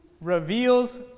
reveals